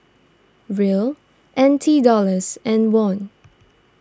Riel N T Dollars and Won